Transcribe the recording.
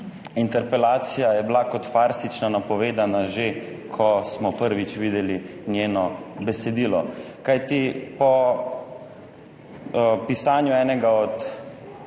interpelacija je bila kot farsična napovedana že, ko smo prvič videli njeno besedilo. Kajti po pisanju enega od